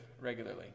regularly